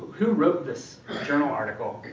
who wrote this journal article?